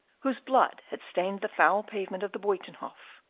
whose blood had stained the foul pavement of the buytenhof,